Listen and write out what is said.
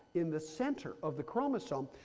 in the center of the chromosome,